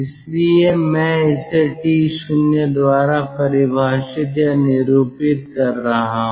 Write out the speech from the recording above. इसलिए मैं इसे T0 द्वारा परिभाषित या निरूपित कर रहा हूं